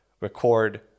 record